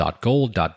.gold